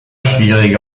schwierige